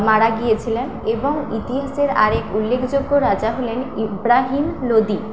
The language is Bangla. মারা গিয়েছিলেন এবং ইতিহাসের আরেক উল্লেখযোগ্য রাজা হলেন ইব্রাহিম লোদি